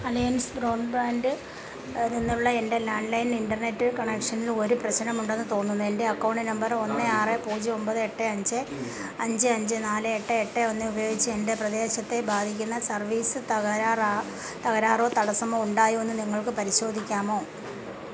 alliance broadband നിന്നുള്ള എൻ്റെ landline internet കണക്ഷനിൽ ഒരു പ്രശ്നമുണ്ടെന്ന് തോന്നുന്നു എൻ്റെ അക്കൗണ്ട് നമ്പർ ഒന്ന് ആറ് പൂജ്യം ഒൻപത് എട്ട് അഞ്ച് അഞ്ച് അഞ്ച് നാല് എട്ട് എട്ട് ഒന്ന് ഉപയോഗിച്ച് എൻ്റെ പ്രദേശത്തെ ബാധിക്കുന്ന സർവീസ് തകരാർ തകരാറോ തടസ്സമോ ഉണ്ടോയെന്ന് നിങ്ങൾക്ക് പരിശോധിക്കാമോ